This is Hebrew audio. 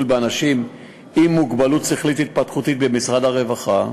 באנשים עם מוגבלות שכלית-התפתחותית במשרד הרווחה,